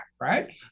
right